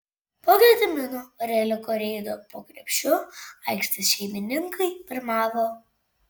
po gedimino oreliko reido po krepšiu aikštės šeimininkai pirmavo